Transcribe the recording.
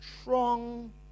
strong